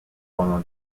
pendant